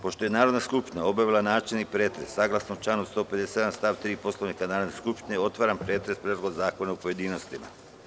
Pošto je Narodna skupština obavila načelni pretres saglasno članu 157. stav 3. Poslovnika Narodne skupštine, otvaram pretres Predloga zakona u pojedinostima.